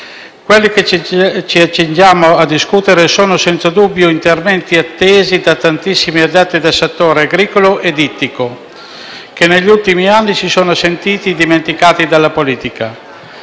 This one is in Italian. Quelli che accingiamo a discutere sono senza dubbio interventi attesi da tantissimi addetti del settore agricolo e ittico che, negli ultimi anni, si sono sentiti dimenticati dalla politica.